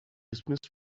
dismissed